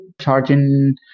charging